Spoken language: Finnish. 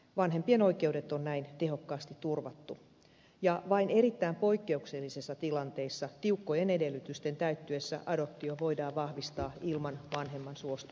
vanhempien oikeudet on näin tehokkaasti turvattu ja vain erittäin poikkeuksellisissa tilanteissa tiukkojen edellytysten täyttyessä adoptio voidaan vahvistaa ilman vanhemman suostumusta